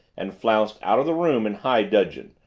and flounced out of the room in high dudgeon,